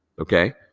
Okay